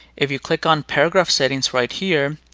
if you click on paragraph settings right here,